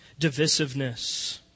divisiveness